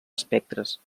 espectres